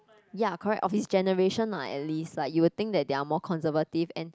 ya correct of his generation lah at least like you will think like they are more conservative and